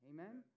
Amen